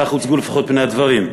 כך הוצגו לפחות פני הדברים,